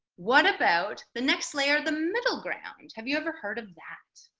what about the next layer the middle ground and have you ever heard of that